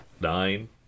nine